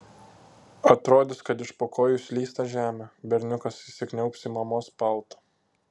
atrodys kad iš po kojų slysta žemė berniukas įsikniaubs į mamos paltą